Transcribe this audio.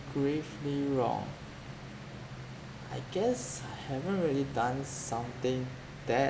gravely wrong I guess I haven't really done something that